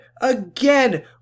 again